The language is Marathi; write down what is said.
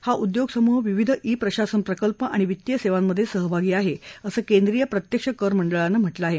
हा उद्योग समूह विविध ई प्रशासन प्रकल्प आणि वित्तीय सेवांमध्ये सहभागी आहे असं केंद्रीय प्रत्यक्ष कर मंडळानं म्हटलं आहे